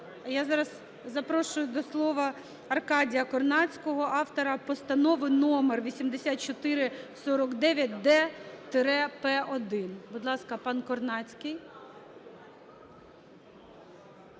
я зараз запрошую до слова Аркадія Корнацького, автора постанови номер 8449-д-П1. Будь ласка, пан Корнацький.